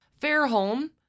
Fairholm